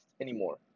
anymore